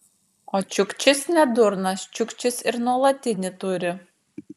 o čiukčis ne durnas čiukčis ir nuolatinį turi